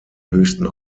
höchsten